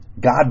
God